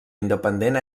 independent